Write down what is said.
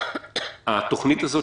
התוכנית הזאת,